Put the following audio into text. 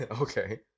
Okay